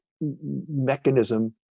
mechanism